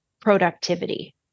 productivity